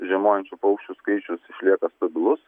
žiemojančių paukščių skaičius išlieka stabilus